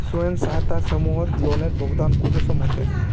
स्वयं सहायता समूहत लोनेर भुगतान कुंसम होचे?